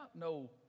no